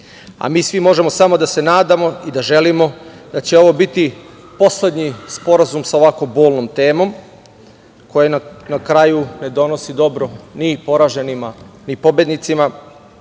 Mi svi možemo samo da se nadamo i da želimo da će ovo biti poslednji sporazum sa ovako bolnom temom, koja na kraju ne donosi dobro ni poraženima, ni pobednicima,